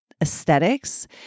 aesthetics